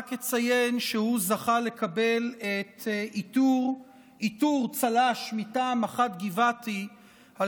רק אציין שהוא זכה לקבל עיטור צל"ש מטעם מח"ט גבעתי על